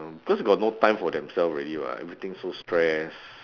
because they got no time for themself already [what] everything so stress